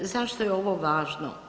Zašto je ovo važno?